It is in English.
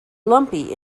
lumpy